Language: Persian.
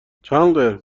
چندلر